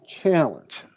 Challenge